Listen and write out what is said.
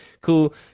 cool